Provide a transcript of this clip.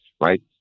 Right